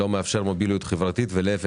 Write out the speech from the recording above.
לא מאפשר מוביליות חברתית ואף להיפך,